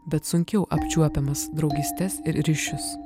bet sunkiau apčiuopiamas draugystes ir ryšius